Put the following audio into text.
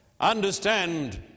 Understand